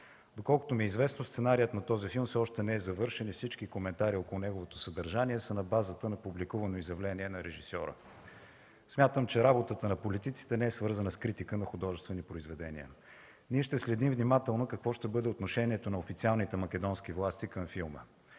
Доколкото ми е известно, сценарият на този филм все още не е завършен и всички коментари около неговото съдържание са на базата на публикувано изявление на режисьора. Смятам, че работата на политиците не е свързана с критика на художествени произведения. Ние ще следим внимателно какво ще бъде отношението на официалните македонски власти към филма.